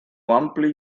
ompli